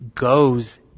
goes